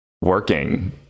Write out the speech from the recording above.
working